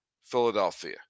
Philadelphia